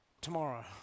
tomorrow